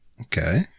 Okay